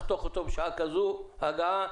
תחתוך אותו בשעת הגעה כזו,